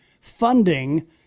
funding